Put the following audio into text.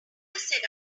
said